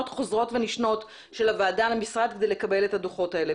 חוזרות ונשנות של הוועדה למשרד כדי לקבל את הדוחות האלה,